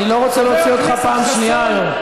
אני לא רוצה להוציא אותך פעם שנייה היום.